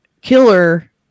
killer